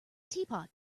teapot